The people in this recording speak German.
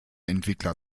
entwickler